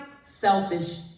selfish